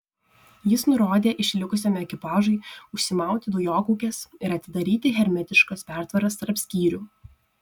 jis nurodė išlikusiam ekipažui užsimauti dujokaukes ir atidaryti hermetiškas pertvaras tarp skyrių